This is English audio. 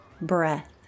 breath